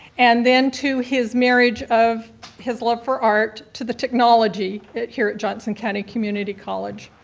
and then to his marriage of his love for art to the technology here at johnson county community college,